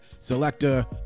Selector